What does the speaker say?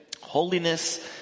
Holiness